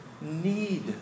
need